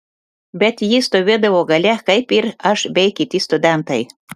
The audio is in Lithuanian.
bet ji stovėdavo gale kaip ir aš bei kiti studentai